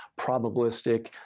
Probabilistic